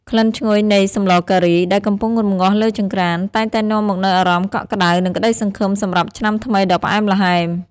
ក្លិនឈ្ងុយនៃ "សម្លការី" ដែលកំពុងរម្ងាស់លើចង្ក្រាន តែងតែនាំមកនូវអារម្មណ៍កក់ក្ដៅ និងក្ដីសង្ឃឹមសម្រាប់ឆ្នាំថ្មីដ៏ផ្អែមល្ហែម។